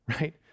right